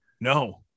no